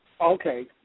Okay